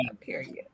period